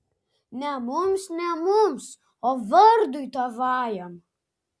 ne mums ne mums o vardui tavajam